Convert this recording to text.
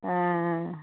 ओ